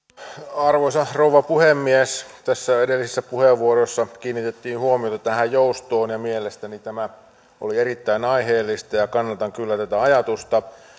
arvoisa rouva puhemies tässä edellisessä puheenvuorossa kiinnitettiin huomiota tähän joustoon ja mielestäni tämä oli erittäin aiheellista ja ja kannatan kyllä tätä ajatusta